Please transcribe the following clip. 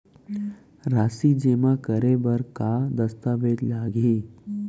राशि जेमा करे बर का दस्तावेज लागही?